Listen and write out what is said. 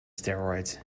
steroids